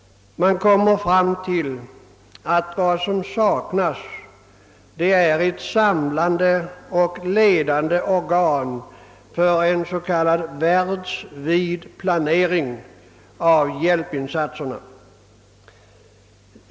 Man kommer fram till att vad som saknas är ett samlande och ledande organ för en s, k. världsvid planering av hjälpinsatserna.